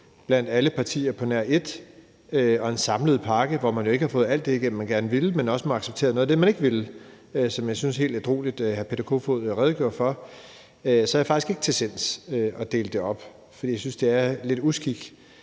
blandt alle partier på nær et, og hvor det er en samlet pakke, hvor man jo ikke har fået alt det, man gerne ville, igennem, men også har måttet acceptere noget af det, man ikke ville, som jeg synes hr. Peter Kofod helt ædrueligt redegjorde for, er jeg faktisk ikke til sinds at dele det op. For jeg synes, det er lidt af